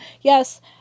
yes